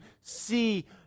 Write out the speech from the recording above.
see